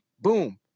boom